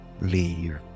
leave